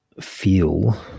feel